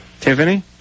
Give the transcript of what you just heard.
Tiffany